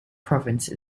province